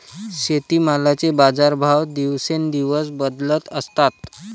शेतीमालाचे बाजारभाव दिवसेंदिवस बदलत असतात